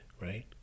right